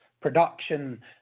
production